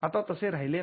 आता तसे राहिले नाही